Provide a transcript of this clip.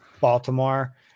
Baltimore